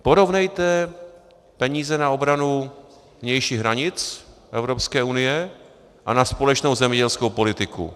Porovnejte peníze na obranu vnějších hranic Evropské unie a na společnou zemědělskou politiku.